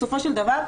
בסופו של דבר,